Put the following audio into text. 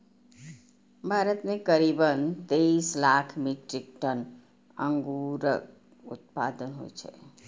भारत मे करीब तेइस लाख मीट्रिक टन अंगूरक उत्पादन होइ छै